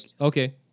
okay